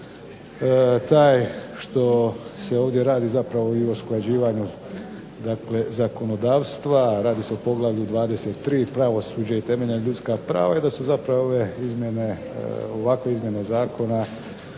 njih taj što se ovdje radi zapravo i o usklađivanju dakle zakonodavstva, radi se o poglavlju 23. pravosuđe i temeljna ljudska prava, i da su zapravo ove izmjene,